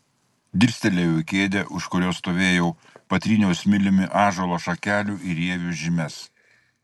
dirstelėjau į kėdę už kurios stovėjau patryniau smiliumi ąžuolo šakelių ir rievių žymes